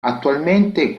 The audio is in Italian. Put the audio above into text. attualmente